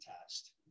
test